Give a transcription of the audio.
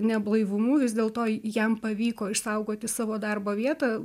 neblaivumu vis dėlto jam pavyko išsaugoti savo darbo vietą